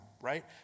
right